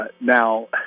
now